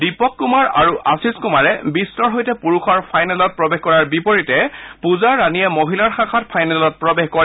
দীপক কুমাৰ আৰু আশীস কুমাৰে বিষ্টৰ সৈতে পুৰুষৰ ফাইনেলত প্ৰৱেশ কৰাৰ বিপৰীতে পূজা ৰাণীয়ে মহিলাৰ শাখাত ফাইনেলত প্ৰৱেশ কৰে